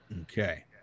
Okay